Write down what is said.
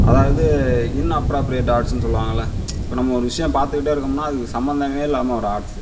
அதாவது இன்அப்ராபிரியேட் ஆட்ஸ்னு சொல்லுவாங்கள்லே இப்போ நம்ம ஒரு விஷயம் பார்த்துகிட்டே இருக்கம்னா அதுக்கு சம்மந்தமே இல்லாமல் வரும் ஆட்ஸ்